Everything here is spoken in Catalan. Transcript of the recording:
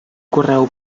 correu